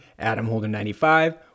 adamholder95